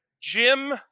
Jim